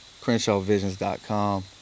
CrenshawVisions.com